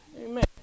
amen